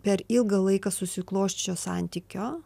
per ilgą laiką susiklosčiusio santykio